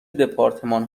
دپارتمان